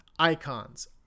Icons